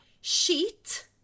Sheet